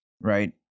right